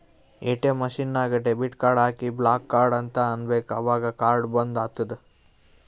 ATM machine ನಾಗ್ debit card ಹಾಕಿ block card ಅಂತ್ ಅನ್ಬೇಕ ಅವಗ್ ಕಾರ್ಡ ಬಂದ್ ಆತ್ತುದ್